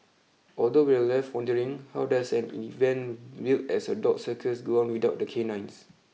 although we're left wondering how does an event billed as a dog circus go on without the canines